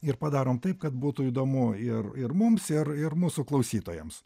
ir padarom taip kad būtų įdomu ir ir mums ir ir mūsų klausytojams